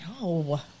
No